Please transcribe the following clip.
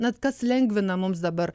na kas lengvina mums dabar